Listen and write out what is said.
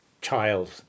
child